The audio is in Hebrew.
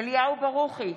אליהו ברוכי,